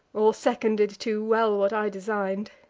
or seconded too well what i design'd.